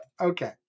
Okay